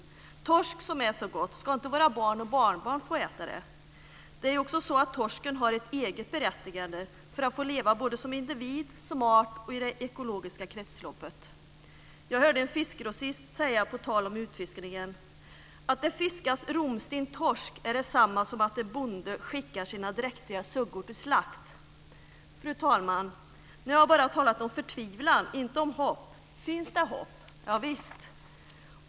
Torsk som är så gott - ska inte våra barn och barnbarn få äta det? Det är också så att torsken har ett eget berättigande och måste få leva både som individ och art och i det ekologiska kretsloppet. Jag hörde en fiskgrossist säga så här på tal om utfiskningen: Att det fiskas romstinn torsk är det samma som att en bonde skickar sina dräktiga suggor till slakt. Fru talman! Nu har jag bara talat om förtvivlan - inte om hopp. Finns det hopp? Javisst!